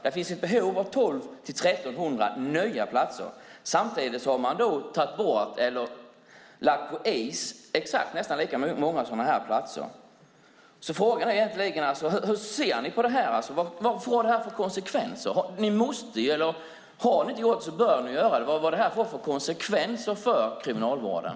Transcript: Det finns ett behov av 1 200-1 300 nya platser men man har samtidigt tagit bort eller lagt på is nästan exakt lika många platser. Frågan är alltså hur ni, Ewa Thalén Finné, ser på detta. Vad får det för konsekvenser? Har ni inte undersökt det bör ni göra det för att se vad det får för konsekvenser för kriminalvården.